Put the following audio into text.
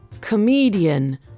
comedian